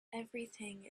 everything